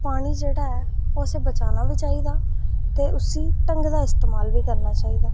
पानी जेह्ड़ा ऐ ओह् असें बचाना बी चाहिदा ते उसी ढंगै दा इस्तेमाल बी करना चाहिदा